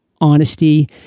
honesty